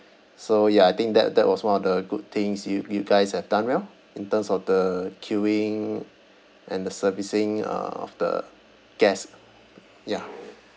so ya I think that that was one of the good things you you guys have done well in terms of the queuing and the servicing uh of the guests ya